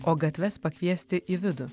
o gatves pakviesti į vidų